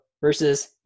versus